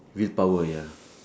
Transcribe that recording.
willpower ya